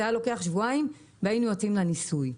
זה היה לוקח שבועיים והיינו יוצאים לניסוי.